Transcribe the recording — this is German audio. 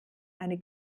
eine